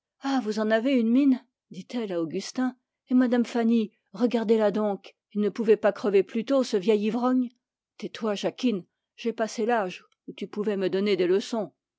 ah vous en avez une mine dit-elle à augustin et madame fanny regardez-la donc il ne pouvait pas crever plus tôt ce vieil ivrogne tais-toi jacquine j'ai passé l'âge où tu pouvais me donner des leçons